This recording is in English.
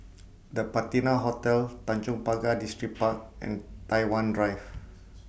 The Patina Hotel Tanjong Pagar Distripark and Tai Hwan Drive